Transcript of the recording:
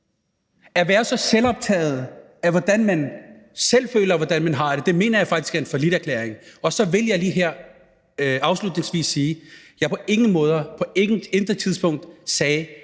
At være så selvoptaget af, hvordan man selv føler man har det, mener jeg faktisk er en falliterklæring. Så vil jeg lige her afslutningsvis sige, at jeg på ingen måde, på intet tidspunkt sagde,